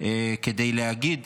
כדי להגיד